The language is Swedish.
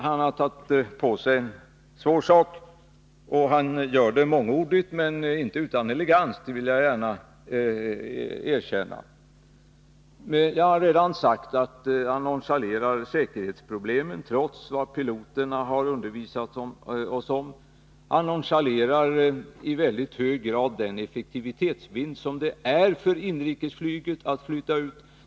Han har tagit på sig en svår uppgift, och han gör det mångordigt men inte utan elegans, det vill jag gärna erkänna. Jag har redan sagt att han nonchalerar säkerhetsproblemen, trots vad piloterna har undervisat oss om. Han nonchalerar i mycket hög grad den effektivitetsvinst det medför för inrikesflyget att flytta ut.